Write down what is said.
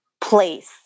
place